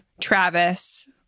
Travis